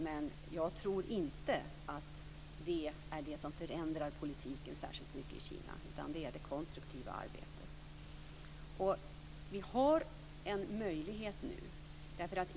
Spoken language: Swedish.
Men jag tror inte att det är det som förändrar politiken särskilt mycket i Kina, utan det är det konstruktiva arbetet. Vi har nu en möjlighet.